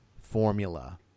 Formula